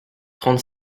trente